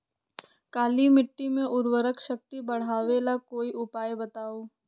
काली मिट्टी में उर्वरक शक्ति बढ़ावे ला कोई उपाय बताउ?